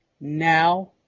now